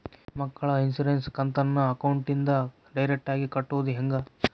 ಮಕ್ಕಳ ಇನ್ಸುರೆನ್ಸ್ ಕಂತನ್ನ ಅಕೌಂಟಿಂದ ಡೈರೆಕ್ಟಾಗಿ ಕಟ್ಟೋದು ಹೆಂಗ?